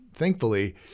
Thankfully